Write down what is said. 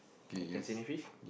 you can see any fish